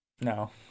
No